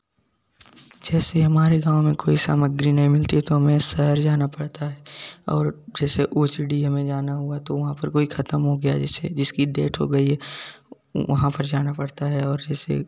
जैसे हमारे गाँव में कोई सामग्री नहीं मिलती है तो हमें शहर जाना पड़ता है और जैसे ओ एच डी हमें जाना हुआ तो वहाँ पर कोई खत्म हो गया जैसे जिसकी डेथ हो गई वहाँ पर जाना पड़ता और जैसे